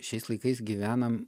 šiais laikais gyvenam